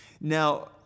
Now